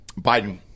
biden